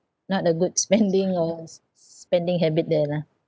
not a good spending or s~ s~ spending habit there lah